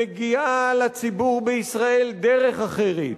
מגיעה לציבור בישראל דרך אחרת,